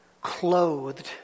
clothed